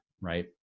right